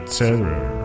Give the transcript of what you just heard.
terror